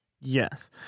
Yes